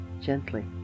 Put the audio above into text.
gently